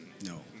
No